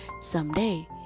someday